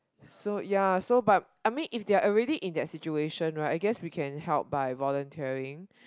so ya so but I mean if they are already in that situation right I guess we can help by volunteering